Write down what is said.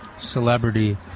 Celebrity